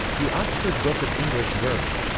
the oxford book of english verse.